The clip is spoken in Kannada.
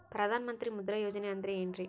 ಪ್ರಧಾನ ಮಂತ್ರಿ ಮುದ್ರಾ ಯೋಜನೆ ಅಂದ್ರೆ ಏನ್ರಿ?